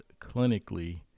clinically